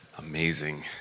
amazing